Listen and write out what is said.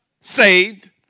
Saved